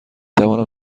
توانم